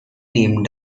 name